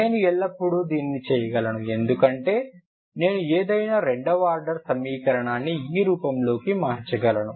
నేను ఎల్లప్పుడూ దీన్ని చేయగలను ఎందుకంటే నేను ఏదైనా రెండవ ఆర్డర్ సమీకరణాన్ని ఈ రూపం లోకి మార్చగలను